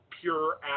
pure